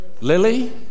Lily